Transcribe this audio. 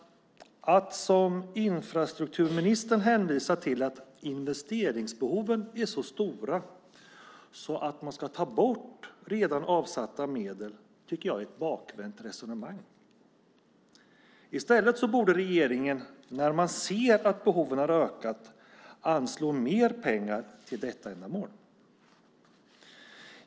Att som infrastrukturministern hänvisa till att investeringsbehoven är så stora att man ska ta bort redan avsatta medel är ett bakvänt resonemang. I stället borde regeringen när man ser att behoven har ökat anslå mer pengar till detta ändamål.